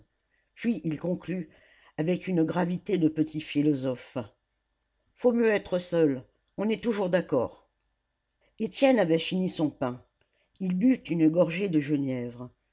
puis il conclut avec une gravité de petit philosophe faut mieux être seul on est toujours d'accord étienne avait fini son pain il but une gorgée de genièvre